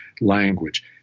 language